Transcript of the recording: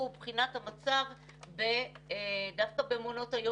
בשנת 2018 חוקק גם חוק פיקוח על המעונות.